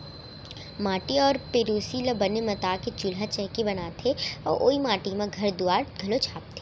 माटी अउ पेरोसी ल बने मता के चूल्हा चैकी बनाथे अउ ओइ माटी म घर दुआर घलौ छाबथें